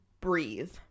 breathe